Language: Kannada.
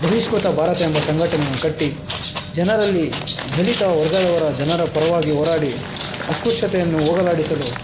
ಬಹಿಷ್ಕೃತ ಭಾರತ ಎಂಬ ಸಂಘಟನೆಯನ್ನು ಕಟ್ಟಿ ಜನರಲ್ಲಿ ದಲಿತ ವರ್ಗದವರ ಜನರ ಪರವಾಗಿ ಹೋರಾಡಿ ಅಸ್ಪೃಶ್ಯತೆಯನ್ನು ಹೋಗಲಾಡಿಸಲು